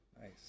Nice